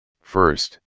first